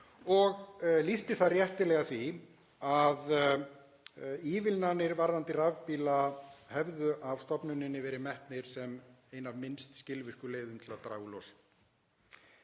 og lýsti þar réttilega því að ívilnanir varðandi rafbíla hefðu af stofnuninni verið metnar sem ein af minnst skilvirku leiðunum til að draga úr